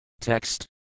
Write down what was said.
Text